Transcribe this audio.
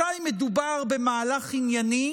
מתי מדובר במהלך ענייני